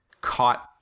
caught